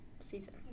season